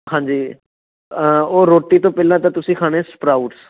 ਹਾਂਜੀ ਉਹ ਰੋਟੀ ਤੋਂ ਪਹਿਲਾਂ ਤਾਂ ਤੁਸੀਂ ਖਾਣੇ ਸਪਰਾਊਟਸ